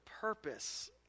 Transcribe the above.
purpose